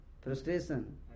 Frustration